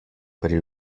pri